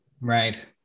Right